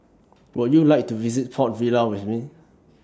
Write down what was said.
Would YOU like to visit Port Vila with Me